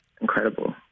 incredible